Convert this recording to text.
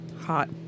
hot